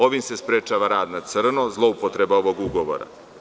Ovim se sprečava rad na crno, zloupotreba ovog ugovora.